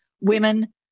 Women